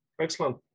Excellent